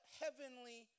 heavenly